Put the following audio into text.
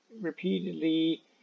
repeatedly